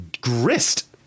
grist